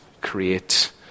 create